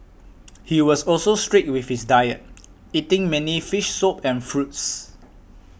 he was also strict with his diet eating mainly fish soup and fruits